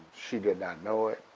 she did not know it,